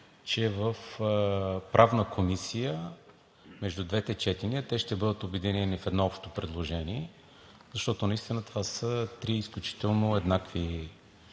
че в Правната комисия между двете четения те ще бъдат обединени в едно общо предложение, защото наистина това са три изключително еднакви